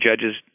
judges